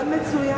רעיון מצוין.